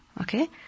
Okay